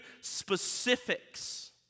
specifics